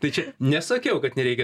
tai čia nesakiau kad nereikia